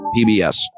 PBS